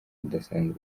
udasanzwe